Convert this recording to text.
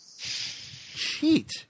cheat